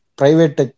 private